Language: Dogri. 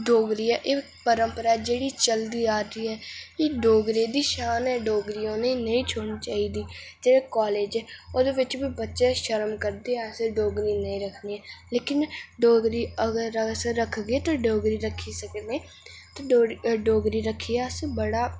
डोगरी ऐ एह् इक परंमपरा जेहडी चलदी आ दी ऐ एह् डोगरे दी शान ऐ ते उ'नेंगी नेईं छोड़नी चाहिदी जेहड़े कालेज ओहदे बिच बी बच्चे आखदे असें डोगरी नेईं रक्खनी लेकिन डोगरी अगर अस रखगे ते डोगरी रक्खी सकने डोगरी रक्खियै अस बड़ा